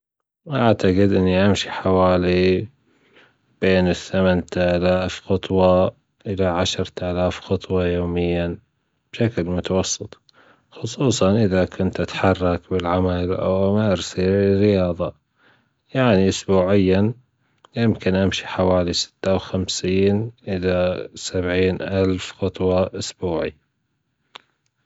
أعتجد أني أمشي بين الثمنتلاف خطوة ألى عشرتلاف خطوة يوميًا بشكل متوسط خصوصًا إذا كنت أتحرك بالعمل أو أمارس رياضة يعني أسبوعيًا يمكن أمشي حوالي ست وخمسين إلى سبعين ألف خطوة أسبوعيًا.